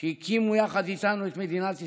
שהקימו יחד איתנו את מדינת ישראל.